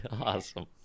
Awesome